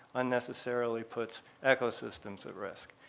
unnecessarily puts ecosystems at risk.